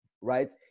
right